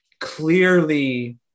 Clearly